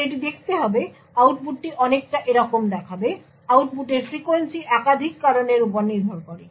এখন এটি দেখতে হবে আউটপুটটি অনেকটা এরকম দেখাবে আউটপুটের ফ্রিকোয়েন্সি একাধিক কারণের উপর নির্ভর করে